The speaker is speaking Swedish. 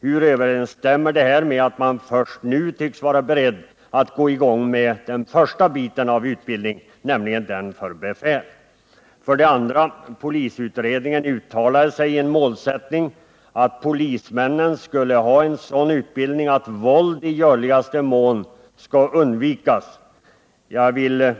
Hur överensstämmer detta med att man först nu tycks vara beredd att starta den första biten av utbildningen, nämligen den för befäl? 2. Polisutredningen uttalade sig för målsättningen att polismännen skulle ha en sådan utbildning att våld i görligaste mån kan undvikas.